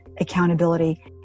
accountability